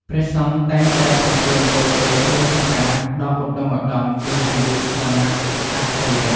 ព្រះសង្ឃតែងតែប្រទានពរជ័យ៤ប្រការដ៏ឧត្ដុង្គឧត្ដមគឺ អាយុ វណ្ណៈ សុខៈ ពលៈ។